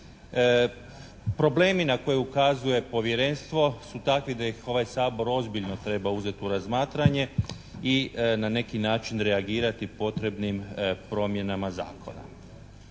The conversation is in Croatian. Problemi na koje ukazuje povjerenstvo su takvi da ih ovaj Sabor ozbiljno treba uzeti u razmatranje i na neki način reagirati potrebnim promjenama zakona.